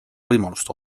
võimalust